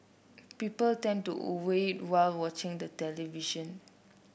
people tend to over eat while watching the television